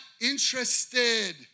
interested